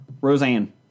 Roseanne